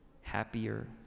happier